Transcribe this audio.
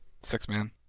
six-man